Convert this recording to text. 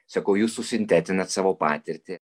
sakau jūs susintetinat savo patirtį